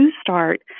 start